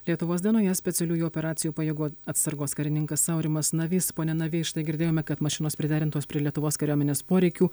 lietuvos dienoje specialiųjų operacijų pajėgų atsargos karininkas aurimas navys pone navy štai girdėjome kad mašinos priderintos prie lietuvos kariuomenės poreikių